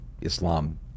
Islam